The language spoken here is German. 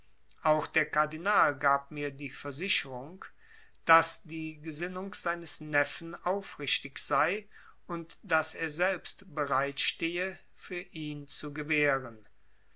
auch der kardinal gab mir die versicherung daß die gesinnung seines neffen aufrichtig sei und daß er selbst bereit stehe für ihn zu gewähren